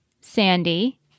Sandy